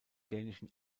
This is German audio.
dänischen